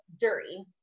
Dirty